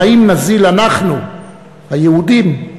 והאם נזיל אנחנו, היהודים,